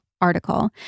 article